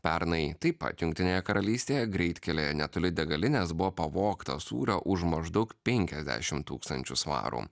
pernai taip pat jungtinėje karalystėje greitkelyje netoli degalinės buvo pavogta sūrio už maždaug penkiasdešimt tūkstančių svarų